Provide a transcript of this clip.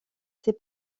ses